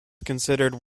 considered